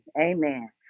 amen